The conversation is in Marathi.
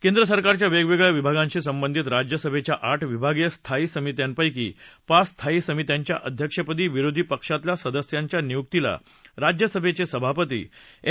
केंद्र सरकारच्या वेगवेगळ्या विभागांशी संबंधित राज्य सभेच्या आठ विभागीय स्थायी समित्यांपैकी पाच स्थायी समित्यांच्या अध्यक्षपदी विरोधी पक्षातल्या सदस्यांच्या नियुक्तीला राज्य सभेचे सभापती एम